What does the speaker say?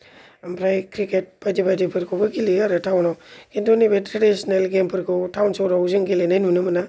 ओमफ्राय क्रिकेट बायदि बायदि फोरखौबो गेलेयो आरो थाउनाव खिन्थु नैबे थ्रेदिसनेल गेमफोरखौ थाउन सहराव जों गेलेनाय नुनो मोना